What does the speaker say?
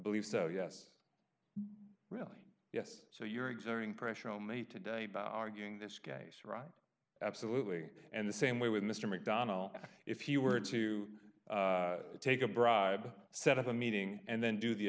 believe so yes really yes so you're exerting pressure on me today by arguing this case right absolutely and the same way with mr macdonald if he were to take a bribe set of a meeting and then do the